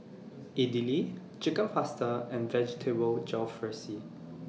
Idili Chicken Pasta and Vegetable Jalfrezi